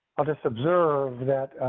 i'll just observe that.